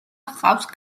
ჰყავს